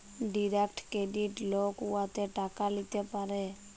direct credit লক উয়াতে টাকা ল্যিতে পারে